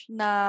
na